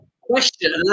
question –